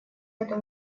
эту